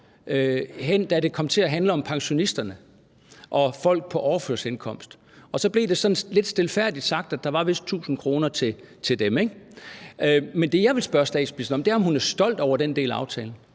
da det kom til at handle om pensionisterne og folk på overførselsindkomster, og at det sådan lidt stilfærdigt blev sagt, at der vist var 1.000 kr. til dem. Men det, som jeg vil spørge statsministeren om, er, om hun er stolt over den del af aftalen,